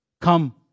come